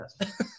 Yes